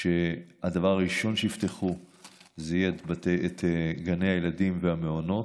שהדבר הראשון שיפתח יהיו גני הילדים והמעונות.